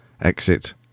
exit